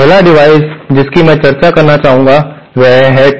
पहला डिवाइस जिसकी मैं चर्चा करना चाहूंगा वह है टी